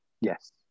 Yes